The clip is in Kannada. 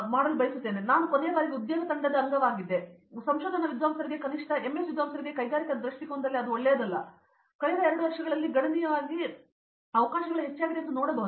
ಹಾಗಾಗಿ ನಾನು ಕೊನೆಯ ಬಾರಿಗೆ ಉದ್ಯೊಗ ತಂಡದ ಅಂಗವಾಗಿದ್ದೇನೆ ಮತ್ತು ಸಂಶೋಧನಾ ವಿದ್ವಾಂಸರಿಗೆ ಕನಿಷ್ಟ MS ವಿದ್ವಾಂಸರಿಗೆ ಕೈಗಾರಿಕಾ ದೃಷ್ಟಿಕೋನದಲ್ಲಿ ಅದು ಒಳ್ಳೆಯದು ಅಲ್ಲ ಆದರೆ ಇದು ಕಳೆದ 2 ವರ್ಷಗಳಲ್ಲಿ ಗಣನೀಯವಾಗಿ ಹೆಚ್ಚಾಗಿದೆ ಎಂದು ನಾನು ನೋಡಬಹುದು